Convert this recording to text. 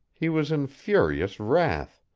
he was in furious wrath,